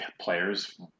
players